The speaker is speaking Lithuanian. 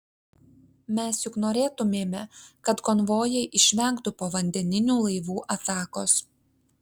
mes juk norėtumėme kad konvojai išvengtų povandeninių laivų atakos